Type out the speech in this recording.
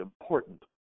important